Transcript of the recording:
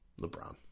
LeBron